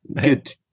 good